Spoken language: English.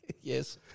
Yes